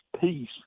peace